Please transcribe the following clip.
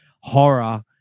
horror